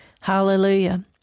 Hallelujah